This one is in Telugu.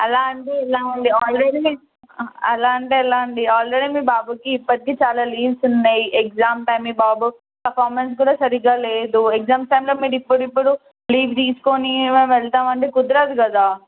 అలా అంటే ఎలా అండి ఆల్రెడీ మేము అలా అంటే ఎలా అండి ఆల్రెడీ మీ బాబుకి ఇప్పటికి చాలా లీవ్స్ ఉన్నాయి ఎగ్జామ్ టైం మీ బాబు పెర్ఫార్మెన్స్ కూడా సరిగా లేదు ఎగ్జామ్స్ టైంలో మీరు ఇప్పుడిప్పుడు లీవ్ తీసుకుని మేము వెళ్తామంటే కుదరదు కదా